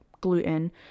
gluten